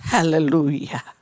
Hallelujah